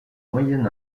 moyen